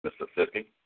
Mississippi